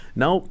now